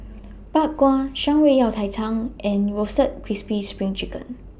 Bak Kwa Shan Rui Yao Cai Tang and Roasted Crispy SPRING Chicken